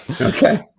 Okay